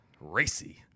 racy